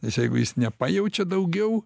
nes jeigu jis nepajaučia daugiau